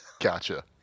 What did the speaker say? Gotcha